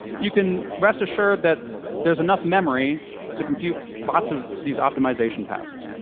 you can rest assured that there's enough memory to compute lots of these optimization passes.